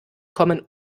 kommen